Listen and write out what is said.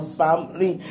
family